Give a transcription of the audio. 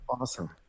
awesome